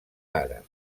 àrab